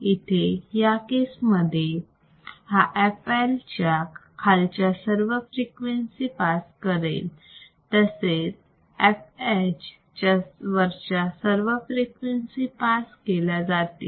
इथे या केसमध्ये हा FL च्या खालच्या सर्व फ्रिक्वेन्सी पास करेल तसेच FH च्या वरच्या सर्व फ्रिक्वेन्सी पास केल्या जातील